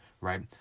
right